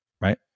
Right